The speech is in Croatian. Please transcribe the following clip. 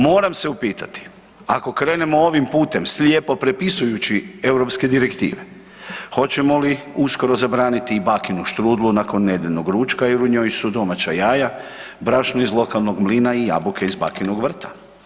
Moram se upitati, ako krenemo ovim putem slijepo prepisujući europske direktive hoćemo li uskoro zabraniti i bakinu štrudlu nakon nedjeljnog ručka jer u njoj su domaća jaja, brašno iz lokalnog mlina i jabuke iz bakinog vrta?